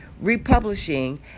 republishing